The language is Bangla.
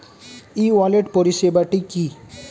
ই ওয়ালেট পরিষেবাটি কি?